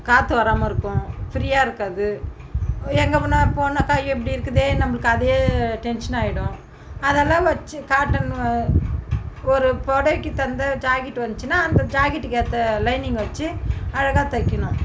காற்று வராமல் இருக்கும் ஃப்ரீயாக இருக்காது எங்கே வேணா போனாக்கா எப்படி இருக்குது நம்மளுக்கு அதே டென்ஷனாயிடும் அதாலே வைச்சு காட்டனு ஒரு புடவைக்கு தகுந்த ஜாக்கெட் வந்துச்சுன்னா அந்த ஜாக்கெட்டுக்கு ஏற்ற லைனிங் வெச்சு அழகாக தைக்கணும்